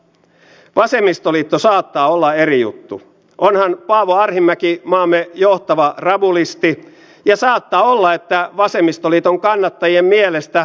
ikääntyneiden hyvä turvallinen ikäelämä ja se että he saavat elää turvallisesti on erittäin tärkeää ja me olemme velkaa sen myös meidän ikäihmisille